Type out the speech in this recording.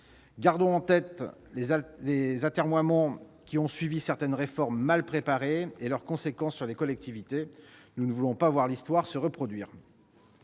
Gardons en tête les atermoiements qui ont suivi certaines réformes mal préparées et leurs conséquences sur les collectivités. Nous ne voulons pas voir l'histoire se répéter